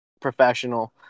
professional